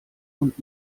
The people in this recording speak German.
und